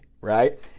right